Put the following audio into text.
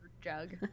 jug